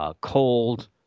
Cold